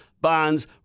Bonds